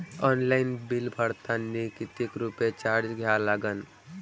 Online bill भरतानी कितीक रुपये चार्ज द्या लागन?